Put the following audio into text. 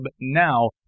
now